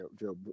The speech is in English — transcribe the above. Joe